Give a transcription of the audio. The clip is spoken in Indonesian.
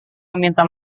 meminta